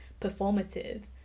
performative